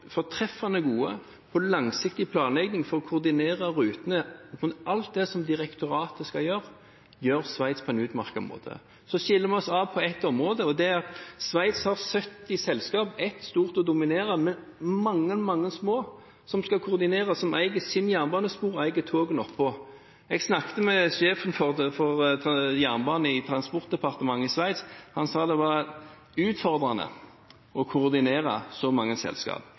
er fortreffelig gode på langsiktig planlegging for å koordinere rutene. Alt det som direktoratet skal gjøre, gjør Sveits på en utmerket måte. Så skiller vi oss ad på ett område, og det er at Sveits har 70 selskaper – ett stort og dominerende, men mange, mange små – som skal koordinere, og som eier sine jernbanespor og togene oppå. Jeg snakket med sjefen for jernbanen i transportdepartementet i Sveits. Han sa det var utfordrende å koordinere så mange